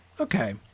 Okay